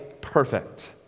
perfect